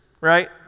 Right